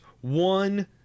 one